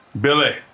Billy